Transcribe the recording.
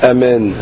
Amen